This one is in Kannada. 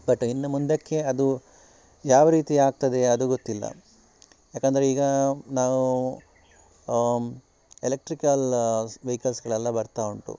ಬಟ್ ಇನ್ನು ಮುಂದಕ್ಕೆ ಅದು ಯಾವ ರೀತಿ ಆಗ್ತದೆ ಅದು ಗೊತ್ತಿಲ್ಲ ಯಾಕೆಂದ್ರೆ ಈಗ ನಾವು ಎಲೆಕ್ಟ್ರಿಕಲ್ ವೆಹಿಕಲ್ಸ್ಗಳೆಲ್ಲ ಬರ್ತಾ ಉಂಟು